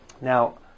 Now